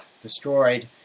destroyed